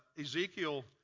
Ezekiel